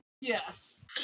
Yes